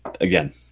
again